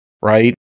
right